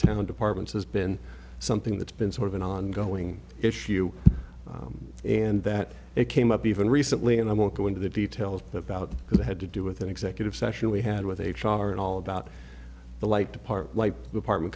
town departments has been something that's been sort of an ongoing issue and that it came up even recently and i won't go into the details about it had to do with an executive session we had with h r and all about the like to part like department